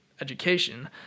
education